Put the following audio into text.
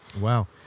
Wow